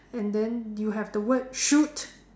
and then you have the word shoot